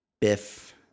Biff